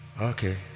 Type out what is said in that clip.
Okay